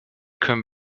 können